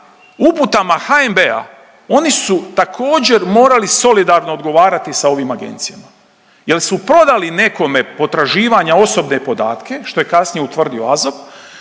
uputama HNB-a oni su također, morali solidarno odgovarati sa ovim agencijama jer su prodali nekome potraživanja, osobne podatke, što je kasnije utvrdio AZOP